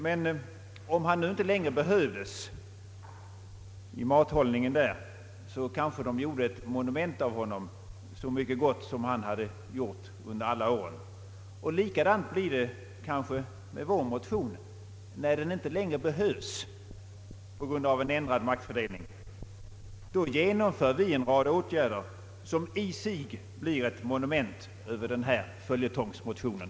Men om han nu inte längre behövdes i mathållningen så kanske asarna gjorde ett monument av honom, så mycket gott som han hade gjort under alla år. Likadant blir det kanske med vår motion, när den inte längre behövs på grund av en ändrad maktfördelning. Då genomför vi en rad åtgärder, som i sig blir ett monument över den här följetongsmotionen.